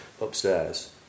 upstairs